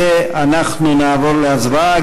ואנחנו נעבור להצבעה.